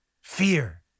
Fear